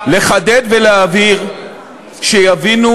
לחדד ולהבהיר שיבינו,